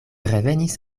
revenis